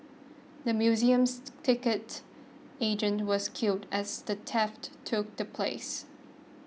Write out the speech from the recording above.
the museum's ticket agent was killed as the theft took the place